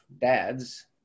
dads